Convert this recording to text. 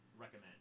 recommend